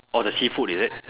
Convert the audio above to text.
orh the seafood is it